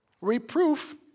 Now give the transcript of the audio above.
Reproof